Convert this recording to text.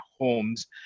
homes